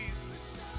Jesus